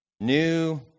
new